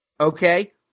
Okay